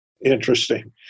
Interesting